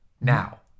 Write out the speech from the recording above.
Now